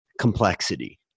complexity